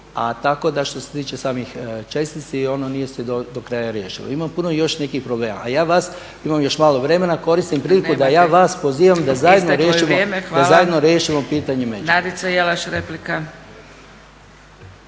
a tako da što se tiče samih čestica nije se do kraja riješilo. Ima puno još nekih problema. Imam još malo vremena, koristim priliku da ja vas pozivam da zajedno riješimo pitanje